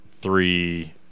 three